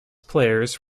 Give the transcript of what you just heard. players